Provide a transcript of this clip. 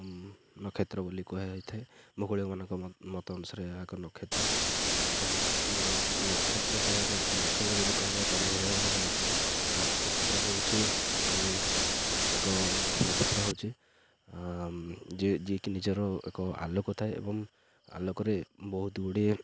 ନକ୍ଷତ୍ର ବୋଲି କୁହାଯାଇ ଥାଏ ଭୌଗୋଳିକମାନଙ୍କ ମତ ଅନୁସାରେ ଏହା ଏକ ନକ୍ଷତ୍ର ନକ୍ଷତ୍ର କହିବାକୁ ନକ୍ଷତ୍ର ଯଦି କହିବା ତାହେଲେ ଭୌଗୋଳିକମାନଙ୍କ ମତରେ ନକ୍ଷତ୍ର ହେଉଛି ଏକ ନକ୍ଷତ୍ର ହେଉଛି ଯିଏ ଯିଏକି ନିଜର ଏକ ଆଲୋକ ଥାଏ ଏବଂ ଆଲୋକରେ ବହୁତ ଗୁଡ଼ିଏ